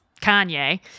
Kanye